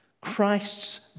Christ's